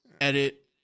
edit